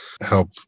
help